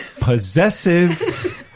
possessive